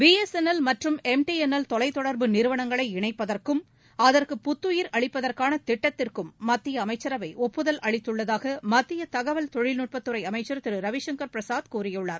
B S N L மற்றும் M T N L தொலைத்தொடர்பு நிறுவனங்களை இணைப்பதற்கும் அகற்கு புத்துயிர் அளிப்பதற்கானதிட்டத்திற்கும் மத்தியஅமைச்சரவைடுப்புதல் அளித்துள்ளதாகமத்தியதகவல் தொழில்நுட்பத்துறைஅமைச்சர் திருரவிசங்கர் பிரசாத் கூறியுள்ளார்